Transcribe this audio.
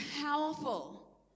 powerful